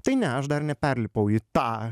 tai ne aš dar neperlipau į tą